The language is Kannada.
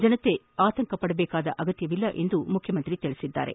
ಜನತೆ ಆತಂಕ ಪಡುವ ಅಗತ್ತವಿಲ್ಲ ಎಂದು ಮುಖ್ಯಮಂತ್ರಿ ಹೇಳಿದರು